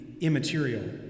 immaterial